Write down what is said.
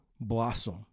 blossom